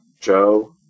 Joe